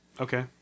Okay